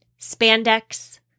spandex